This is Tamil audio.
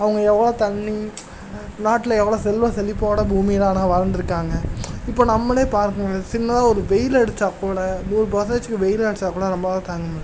அவங்க எவ்வளோ தண்ணீ நாட்டில எவ்வளோ செல்வ செழிப்போட பூமியில ஆனால் வாழ்ந்திருக்காங்க இப்போ நம்மளே பாருங்களேன் சின்னதாக ஒரு வெயில் அடிச்சாக்கூட நூறு பர்ஸண்டேஜூக்கு வெயில் அடிச்சாக்கூட நம்மளால் தாங்கமுடில்ல